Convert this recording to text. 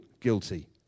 guilty